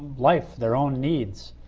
life, their own needs,